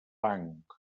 banc